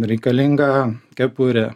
reikalinga kepurė